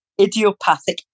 idiopathic